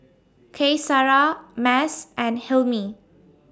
Qaisara Mas and Hilmi